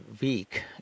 week